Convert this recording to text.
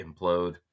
implode